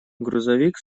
грузовик